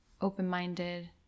open-minded